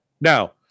Now